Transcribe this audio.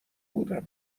بودم